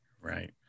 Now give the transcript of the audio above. Right